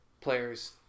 players